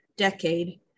Decade